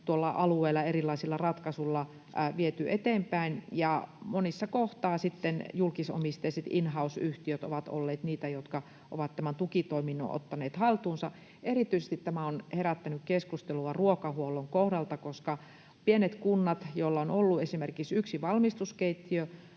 tuolla alueilla erilaisilla ratkaisuilla viety eteenpäin, ja monissa kohtaa sitten julkisomisteiset in-house-yhtiöt ovat olleet niitä, jotka ovat tämän tukitoiminnon ottaneet haltuunsa. Tämä on herättänyt keskustelua erityisesti ruokahuollon kohdalla, koska pienet kunnat, joilla on ollut esimerkiksi yksi valmistuskeittiö,